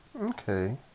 okay